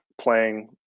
playing